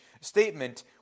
statement